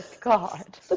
God